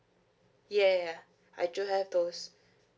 ya ya ya I do have those